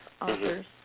authors